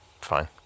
Fine